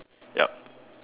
yup